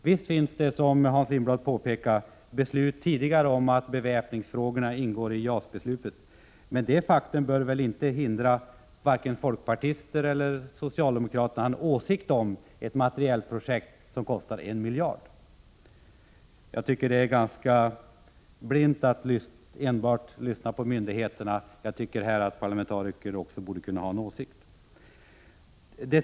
Visst har det, som Hans Lindblad påpekar, tidigare fattats beslut om att beväpningsfrågorna ingår i JAS-beslutet, men detta faktum bör inte lägga hinder i vägen för folkpartisterna och socialdemokraterna när det gäller att ha en åsikt om ett materialprojekt som kostar en miljard. Det är uttryck för en förblindelse att man här enbart vill lyssna på myndigheterna. Jag tycker att också parlamentariker bör kunna ha en åsikt i detta fall.